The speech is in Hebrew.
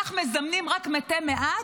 כך מזמנים רק מתי מעט,